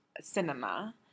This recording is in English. Cinema